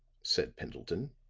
said pendleton,